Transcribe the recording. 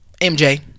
MJ